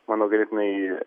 manau ganėtinai